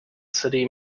city